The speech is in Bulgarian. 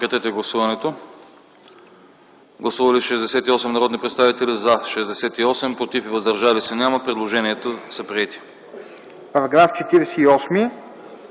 Параграф 87